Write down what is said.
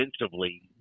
offensively